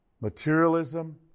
Materialism